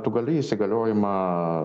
tu gali įsigaliojimą